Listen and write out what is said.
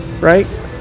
right